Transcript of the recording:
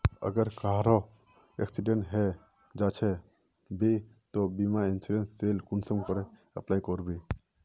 अगर कहारो एक्सीडेंट है जाहा बे तो बीमा इंश्योरेंस सेल कुंसम करे अप्लाई कर बो?